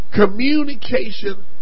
communication